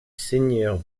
seigneur